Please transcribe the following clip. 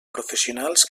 professionals